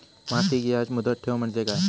मासिक याज मुदत ठेव म्हणजे काय?